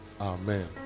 Amen